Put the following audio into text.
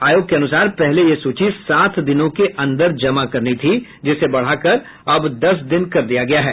आयोग के अनुसार पहले यह सूची सात दिनों के अंदर जमा करनी थी जिसे बढ़ाकर अब दस दिन कर दिया गया है